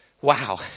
Wow